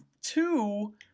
two